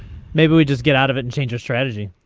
maybe we just get out of it changes strategy.